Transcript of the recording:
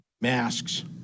Masks